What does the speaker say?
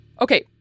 Okay